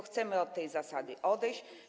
Chcemy od tej zasady odejść.